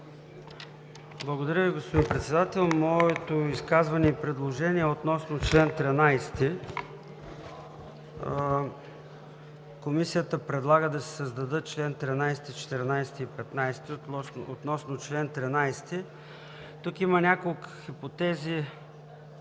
Благодаря, господин Председател. Моето изказване и предложение е относно чл. 13 – Комисията предлага да се създадат членове 13, 14 и 15. Относно чл. 13. Тук има няколко хипотези